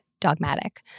dogmatic